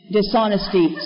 dishonesty